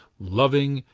loving,